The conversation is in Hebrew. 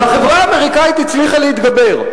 והחברה האמריקנית הצליחה להתגבר,